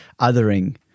othering